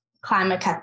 climate